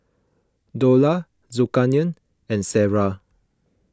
Dollah Zulkarnain and Sarah